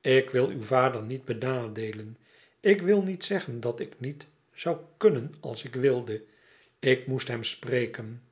ik wil uw vader niet benadeelen ik wil niet zeggen dat ik niet zou kunnen als ik wilde ik moet hem spreken